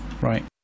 right